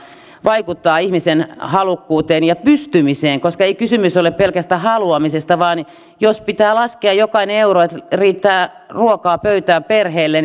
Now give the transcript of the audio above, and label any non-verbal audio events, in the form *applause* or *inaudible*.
vaikuttaa ihmisen halukkuuteen ja pystymiseen ei kysymys ole pelkästä haluamisesta jos pitää laskea jokainen euro niin että riittää ruokaa pöytään perheelle *unintelligible*